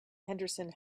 henderson